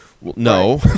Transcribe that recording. No